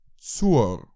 Zur